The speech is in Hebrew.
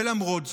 ולמרות זאת,